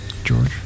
George